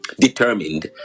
determined